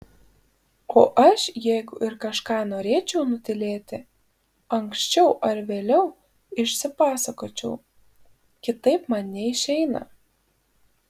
o aš jeigu ir kažką norėčiau nutylėti anksčiau ar vėliau išsipasakočiau kitaip man neišeina